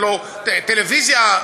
הלוא טלוויזיה,